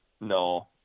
no